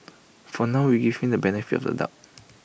for now we give him the benefit of the doubt